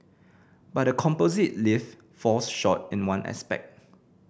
but the composite lift falls short in one aspect